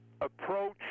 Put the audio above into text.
approach